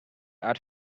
art